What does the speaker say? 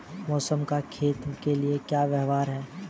मौसम का खेतों के लिये क्या व्यवहार है?